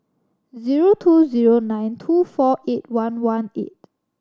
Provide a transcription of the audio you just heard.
zero two zero nine two four eight one one eight